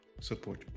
support